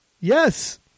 Yes